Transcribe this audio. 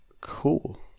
cool